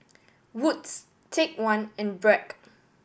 Wood's Take One and Bragg